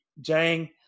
Jang